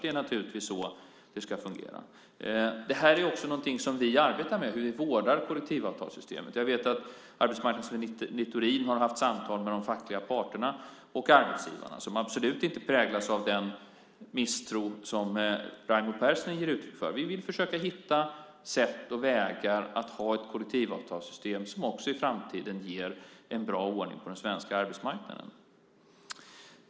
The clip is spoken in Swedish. Det är naturligtvis så det ska fungera. Det här är också någonting som vi arbetar med, hur vi vårdar kollektivavtalssystemet. Jag vet att arbetsmarknadsminister Littorin har haft samtal med de fackliga parterna och arbetsgivarna som absolut inte präglas av den misstro som Raimo Pärssinen ger uttryck för. Vi vill försöka hitta sätt och vägar att ha ett kollektivavtalssystem som också i framtiden ger en bra ordning på den svenska arbetsmarknaden.